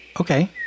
Okay